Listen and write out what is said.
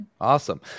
Awesome